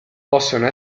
possono